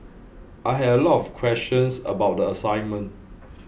I had a lot of questions about the assignment